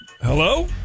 Hello